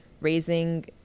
raising